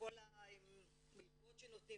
בכל המלגות שנותנים.